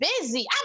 busy